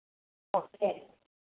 okay